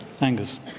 Angus